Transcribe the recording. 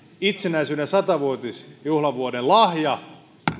itsenäisyyden sata vuotisjuhlavuoden lahja